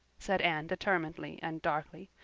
said anne determinedly and darkly.